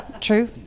true